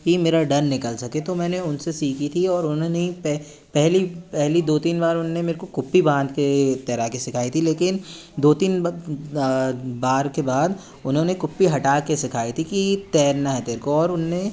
कि मेरा डर निकल सके तो मैंने उनसे सीखी थी और उन्होंने ही पहली पहली दो तीन बार उनने मेरे को कुप्पी बाँध के तैराकी सिखाई थी लेकिन दो तीन बार के बाद उन्होंने कुप्पी हटा के सिखाई थी कि तैरना है तेरे को और उनने